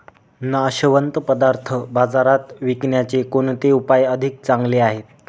नाशवंत पदार्थ बाजारात विकण्याचे कोणते उपाय अधिक चांगले आहेत?